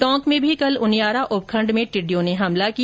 टोंक में भी कल उनियारा उपखण्ड में टिड्डियों ने हमला किया